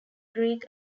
greek